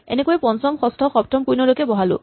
এনেকৈয়ে পঞ্চম ষষ্ঠ সপ্তম কুইনলৈকে বহালো